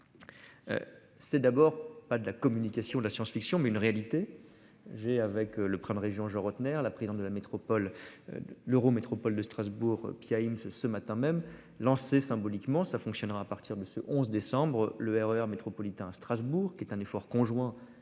C'est d'abord pas de la communication de la science fiction mais une réalité. J'ai avec le région Jean Rottner. La prison de la métropole. L'Eurométropole de Strasbourg Pia Imbs ce ce matin même lancé symboliquement ça fonctionnera à partir de ce 11 décembre le RER métropolitains à Strasbourg, qui est un effort conjoint